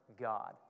God